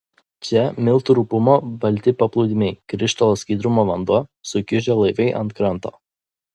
čia miltų rupumo balti paplūdimiai krištolo skaidrumo vanduo sukiužę laivai ant kranto